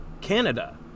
Canada